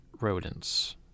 rodents